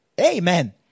Amen